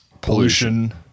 pollution